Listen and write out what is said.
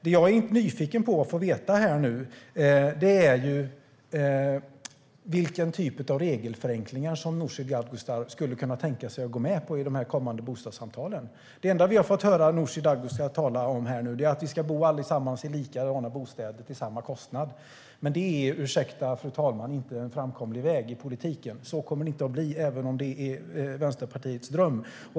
Det jag är nyfiken på att få veta här nu är vilken typ av regelförenklingar som Nooshi Dadgostar skulle kunna tänka sig att gå med på i de kommande bostadssamtalen. Det enda vi har fått höra Nooshi Dadgostar tala om här nu är att vi allesammans ska bo i likadana bostäder till samma kostnad. Men det är, ursäkta, fru talman, inte en framkomlig väg i politiken. Så kommer det inte att bli, även om det är Vänsterpartiets dröm.